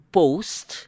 post